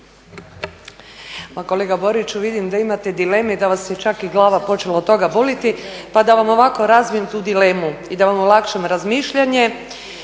kolega Boriću vidim da imate dileme i da vas je čak i glava počela od toga boljeti pa da vam ovako razbijem tu dilemu i da vam olakšam razmišljanje,